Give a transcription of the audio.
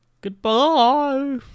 Goodbye